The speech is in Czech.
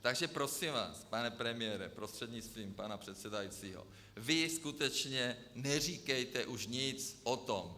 Takže prosím vás, pane premiére prostřednictvím pana předsedajícího, vy skutečně neříkejte už nic o tom.